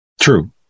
true